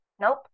Nope